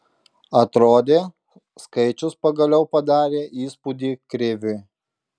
atrodė skaičius pagaliau padarė įspūdį kriviui